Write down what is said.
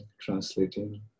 translating